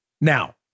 Now